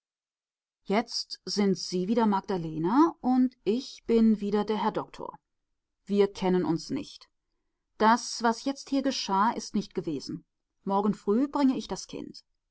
jetzt sind sie wieder magdalena und ich bin wieder der herr doktor wir kennen uns nicht das was jetzt hier geschah ist nicht gewesen morgen früh bringe ich das kind